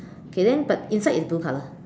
okay then but inside is blue color